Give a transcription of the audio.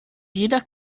jeder